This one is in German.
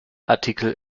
artikel